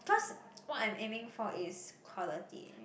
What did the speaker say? cause what I'm aiming for is quality